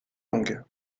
langues